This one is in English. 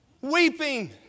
Weeping